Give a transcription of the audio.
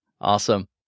Awesome